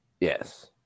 Yes